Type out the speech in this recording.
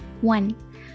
one